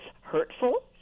hurtful